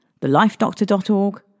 thelifedoctor.org